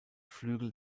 flügel